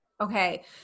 Okay